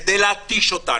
כדי להתיש אותנו,